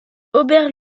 aubert